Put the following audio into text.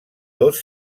dos